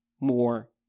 more